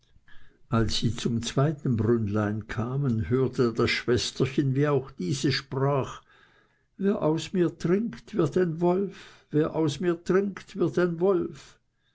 als sie zum zweiten brünnlein kamen hörte das schwesterchen wie auch dieses sprach wer aus mir trinkt wird ein wolf wer aus mir trinkt wird ein wolf